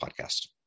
Podcast